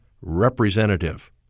representative